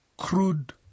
Crude